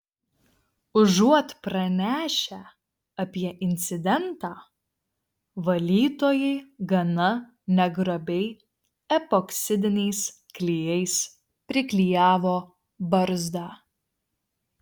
užuot pranešę apie incidentą valytojai gana negrabiai epoksidiniais klijais priklijavo barzdą